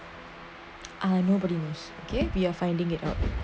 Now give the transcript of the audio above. uh nobody knows we are finding it out